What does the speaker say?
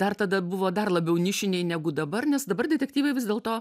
dar tada buvo dar labiau nišiniai negu dabar nes dabar detektyvai vis dėlto